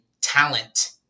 talent